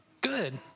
Good